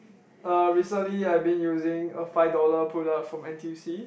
uh recently I've been using a five dollar product from n_t_u_c